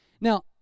Now